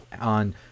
on